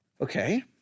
Okay